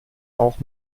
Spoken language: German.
auch